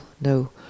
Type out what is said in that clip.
no